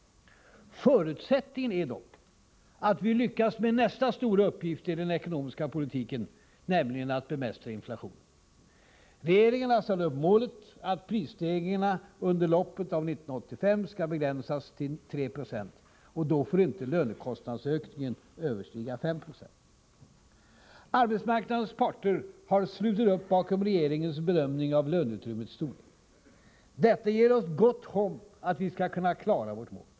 Förutsättningen är dock att vi lyckas med nästa stora uppgift i den ekonomiska politiken, nämligen att bemästra inflationen. Regeringen har satt upp målet att prisstegringarna under loppet av 1985 skall begränsas till 3 70. Då får inte lönekostnadsökningen överstiga 5 90. Arbetsmarknadens parter har slutit upp bakom regeringens bedömning av löneutrymmets storlek. Detta ger oss gott hopp om att vi skall kunna klara vårt mål.